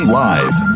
live